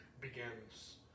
begins